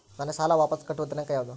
ನಾನು ಸಾಲ ವಾಪಸ್ ಕಟ್ಟುವ ದಿನಾಂಕ ಯಾವುದು?